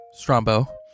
Strombo